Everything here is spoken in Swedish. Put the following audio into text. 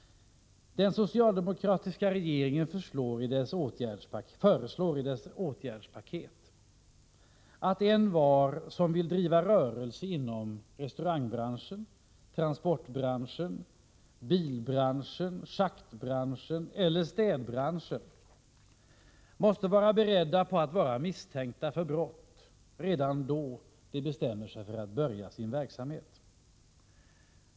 Den socialdemokratiska regeringen föreslår i sitt åtgärdspaket att envar som vill driva rörelse inom restaurangbranschen, transportbranschen, bilbranschen, schaktbranschen eller städbranschen måste vara beredd på att vara misstänkt för brott redan då han bestämmer sig för att börja sin verksamhet.